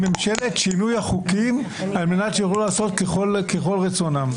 ממשלת שינוי החוקים על מנת שיוכלו לעשות ככל רצונם.